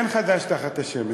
אין חדש תחת השמש.